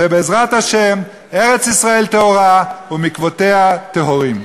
ובעזרת השם, ארץ-ישראל טהורה ומקוואותיה טהורים.